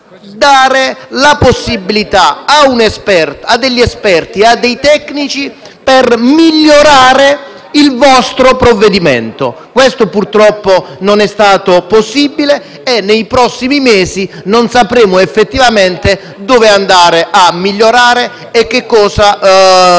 dare la possibilità a esperti o tecnici di migliorare il vostro provvedimento. Questo, purtroppo, non è stato attuabile e nei prossimi mesi non sapremo effettivamente dove andare a migliorare e che cosa